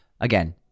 Again